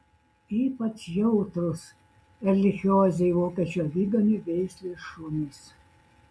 ypač jautrūs erlichiozei vokiečių aviganių veislės šunys